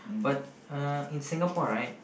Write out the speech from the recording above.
but uh in Singapore right